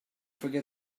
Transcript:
forget